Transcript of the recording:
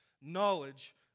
Knowledge